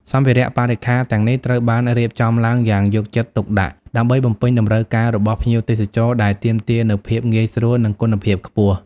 សម្ភារៈបរិក្ខារទាំងនេះត្រូវបានរៀបចំឡើងយ៉ាងយកចិត្តទុកដាក់ ដើម្បីបំពេញតម្រូវការរបស់ភ្ញៀវទេសចរដែលទាមទារនូវភាពងាយស្រួល និងគុណភាពខ្ពស់។